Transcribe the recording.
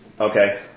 Okay